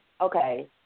Okay